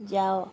ଯାଅ